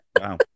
Wow